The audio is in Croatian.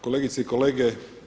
Kolegice i kolege.